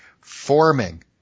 forming